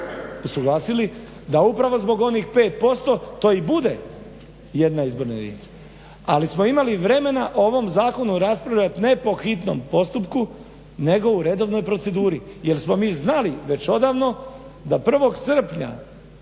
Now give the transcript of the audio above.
usuglasili da upravo zbog onih 5% to i bude jedna izborna jedinica. Ali smo imali vremena o ovom zakonu raspravljati ne po hitnom postupku nego u redovnoj proceduri jer smo mi znali već odavno da 1. srpnja